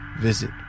Visit